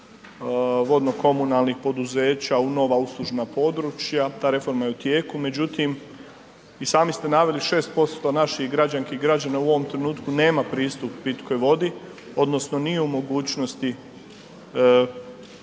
vodno komunalnih poduzeća u nova uslužna područja, ta reforma je u tijeku, međutim, i sami ste naveli 6% naših građanki i građana u ovom trenutku nema pristup pitkoj vodi odnosno nije u mogućnosti doći